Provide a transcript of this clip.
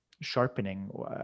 sharpening